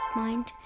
mind